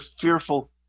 fearful